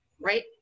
Right